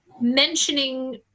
mentioning